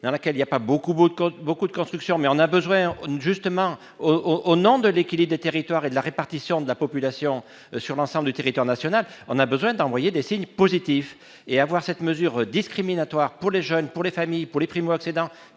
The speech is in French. dans laquelle il y a pas beaucoup temps beaucoup de constructions mais on a besoin justement au au nom de l'équilibre des territoires et de la répartition de la population sur l'ensemble du territoire national, on a besoin d'envoyer des signes positifs et avoir cette mesure discriminatoire pour les jeunes, pour les familles, pour les primo-accédants